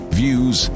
views